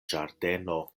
ĝardeno